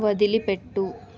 వదిలిపెట్టు